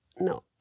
no